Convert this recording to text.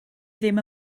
ddim